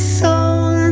song